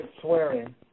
swearing